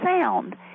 sound